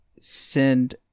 send